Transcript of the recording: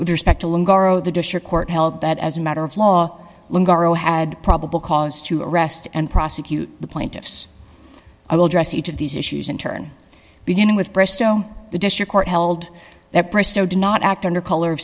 with respect to the district court held that as a matter of law had probable cause to arrest and prosecute the plaintiffs i will address each of these issues in turn beginning with bristow the district court held that bristow did not act under color